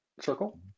circle